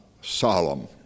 solemn